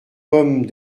pommes